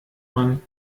man